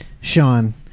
Sean